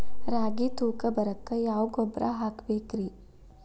ರಾಗಿ ತೂಕ ಬರಕ್ಕ ಯಾವ ಗೊಬ್ಬರ ಹಾಕಬೇಕ್ರಿ?